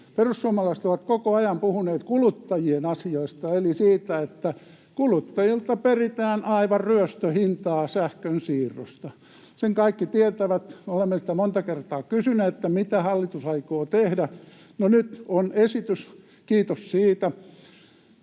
Perussuomalaiset ovat koko ajan puhuneet kuluttajien asioista eli siitä, että kuluttajilta peritään aivan ryöstöhintaa sähkönsiirrosta. Sen kaikki tietävät, ja olemme monta kertaa kysyneet, mitä hallitus aikoo tehdä. No nyt on esitys — kiitos siitä.